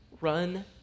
Run